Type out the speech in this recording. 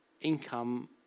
income